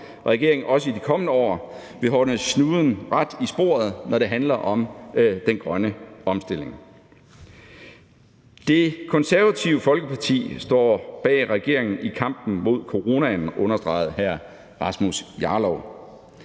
regeringen også i de kommende år vil holde snuden ret i sporet, når det handler om den grønne omstilling. Kl. 16:18 Det Konservative Folkeparti står bag regeringen i kampen mod coronaen, understregede hr. Rasmus Jarlov.